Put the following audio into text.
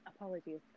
Apologies